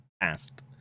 asked